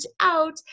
out